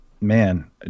man